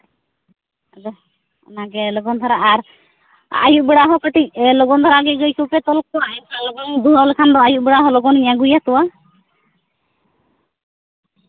ᱟᱫᱚ ᱚᱱᱟᱜᱮ ᱞᱚᱜᱚᱱ ᱫᱷᱟᱨᱟ ᱟᱨ ᱟᱹᱭᱩᱜ ᱵᱮᱲᱟ ᱦᱚᱸ ᱠᱟᱹᱴᱤᱡ ᱞᱚᱜᱚᱱ ᱫᱷᱟᱨᱟ ᱜᱮ ᱜᱟᱹᱭ ᱠᱚᱯᱮ ᱛᱚᱞ ᱠᱚᱣᱟ ᱮᱱᱠᱷᱟᱱ ᱞᱚᱜᱚᱱ ᱫᱩᱣᱟᱹᱣ ᱞᱮᱠᱷᱟᱱ ᱫᱚ ᱟᱹᱭᱩᱵ ᱵᱮᱲᱟ ᱦᱚᱸ ᱞᱚᱜᱚᱱᱤᱧ ᱟᱹᱜᱩᱭᱟ ᱛᱳᱣᱟ